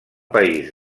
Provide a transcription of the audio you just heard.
país